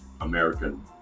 American